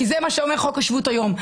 כי זה מה שאומר חוק השבות היום.